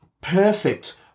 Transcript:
perfect